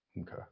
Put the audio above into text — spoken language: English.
Okay